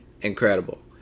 incredible